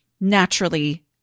naturally